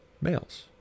males